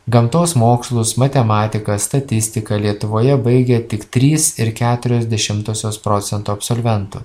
gamtos mokslus matematiką statistiką lietuvoje baigia tik trys ir keturios dešimtosios procento absolventų